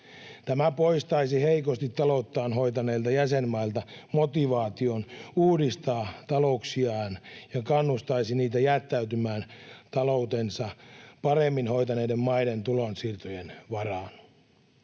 Tämä poistaisi heikosti talouttaan hoitaneilta jäsenmailta motivaation uudistaa talouksiaan ja kannustaisi niitä jättäytymään taloutensa paremmin hoitaneiden maiden tulonsiirtojen varaan.